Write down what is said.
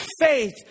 faith